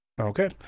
Okay